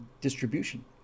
distribution